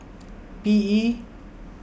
P E